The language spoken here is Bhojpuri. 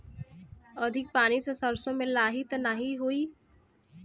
अधिक पानी से सरसो मे लाही त नाही होई?